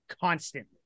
constantly